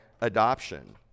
adoption